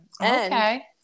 Okay